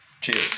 Cheers